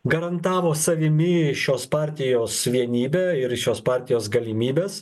garantavo savimi šios partijos vienybę ir šios partijos galimybes